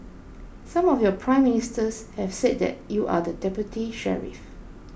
some of your Prime Ministers have said that you are the deputy sheriff